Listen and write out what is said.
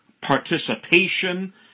participation